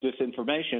disinformation